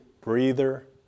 breather